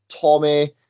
Tommy